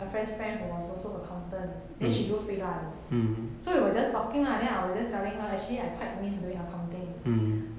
a friend's friend who was also accountant then she do freelance so we were just talking lah then I was just telling her actually I quite miss doing accounting